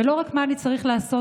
ולא רק מה אני צריך לעשות,